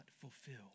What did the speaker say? fulfilled